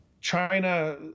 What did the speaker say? China